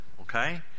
okay